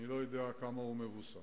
ואני לא יודע כמה הוא מבוסס,